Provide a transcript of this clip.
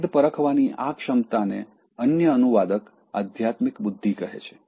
ભેદ પરખવાની આ ક્ષમતાને અન્ય અનુવાદક આધ્યાત્મિક બુદ્ધિ કહે છે